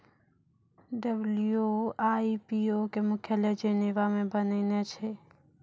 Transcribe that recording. WIPO के मुख्यालय Geneva मे बनैने छै